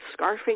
scarfing